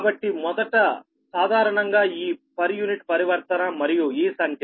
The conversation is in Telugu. కాబట్టి మొదట సాధారణంగా ఈ పర్ యూనిట్ పరివర్తన మరియు ఈ సంఖ్యలు